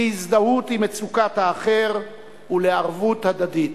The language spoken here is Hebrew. להזדהות עם מצוקת האחר ולערבות הדדית.